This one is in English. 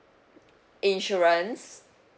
insurance